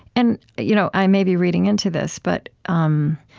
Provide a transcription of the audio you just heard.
and you know i may be reading into this, but um